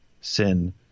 sin